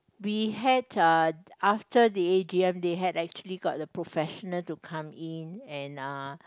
we had uh after the a_g_m they had actually got a professional to come in and uh